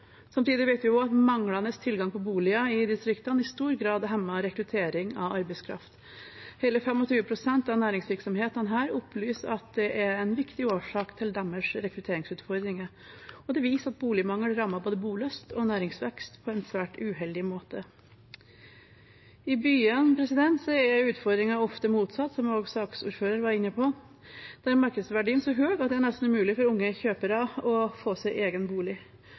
Samtidig vet vi at manglende tilgang på boliger i distriktene i stor grad hemmer rekruttering av arbeidskraft. Hele 25 pst. av næringsvirksomhetene her opplyser at det er en viktig årsak til deres rekrutteringsutfordringer. Det viser at boligmangel rammer både bolyst og næringsvekst på en svært uheldig måte. I byene er utfordringen ofte motsatt, som også saksordføreren var inne på. Der er markedsverdien så høy at det nesten er umulig for unge kjøpere å få seg egen bolig.